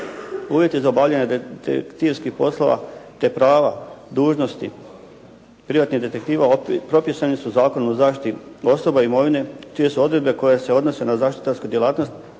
Uvjeti za obavljanje detektivskih poslova te prava, dužnosti privatnih detektiva propisani su Zakonom o zaštiti osoba, imovine čije su odredbe koje se odnose na zaštitarsku djelatnost